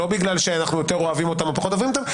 לא בגלל שאנחנו יותר אוהבים אותם או פחות אוהבים אותם.